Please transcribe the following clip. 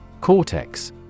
Cortex